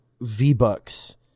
V-Bucks